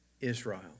Israel